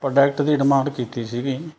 product ਦੀ demand ਕੀਤੀ ਸੀਗੀ